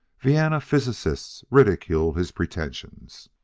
vienna physicists ridicule his pretensions.